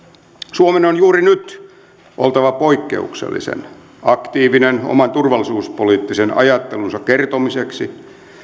suomen on juuri nyt oltava poikkeuksellisen aktiivinen oman turvallisuuspoliittisen ajattelunsa kertomiseksi